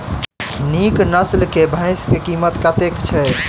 नीक नस्ल केँ भैंस केँ कीमत कतेक छै?